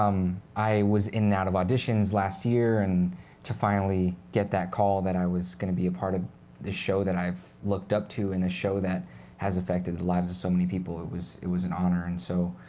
um i was in and out of auditions last year, and to finally get that call that i was going to be a part of the show that i have looked up to, and the show that has affected the lives of so many people it was it was an honor. and so